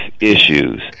issues